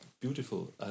beautiful